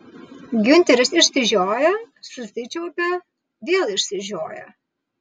giunteris išsižioja susičiaupia vėl išsižioja